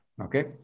Okay